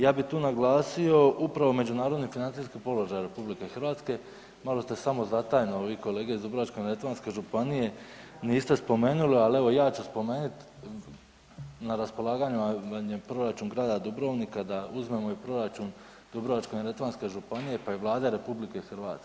Ja bi tu naglasio upravo međunarodni financijski položaj RH, malo ste samozatajno vi kolege iz Dubrovačko-neretvanske županije, niste spomenuli, ali evo ja ću spomenut, na raspolaganju vam je proračun grada Dubrovnika, da uzmemo i proračun Dubrovačko-neretvanske županije, pa i Vlade RH.